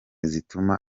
zituma